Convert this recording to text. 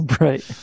Right